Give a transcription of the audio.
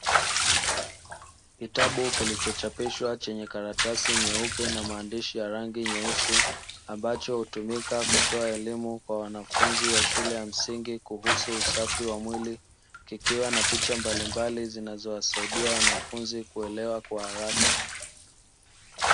Kitabu kilichochapishwa, chenye karatasi nyeupe na maandishi ya rangi nyeusi, ambacho hutumika kutoa elimu kwa wanafunzi wa shule ya msingi kuhusu usafi wa mwili, kikiwa na picha mbalimbali zinazowasaidia wanafunzi kuelewa kwa haraka.